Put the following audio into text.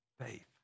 faith